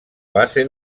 base